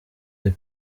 the